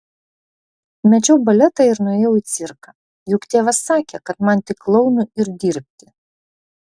mečiau baletą ir nuėjau į cirką juk tėvas sakė kad man tik klounu ir dirbti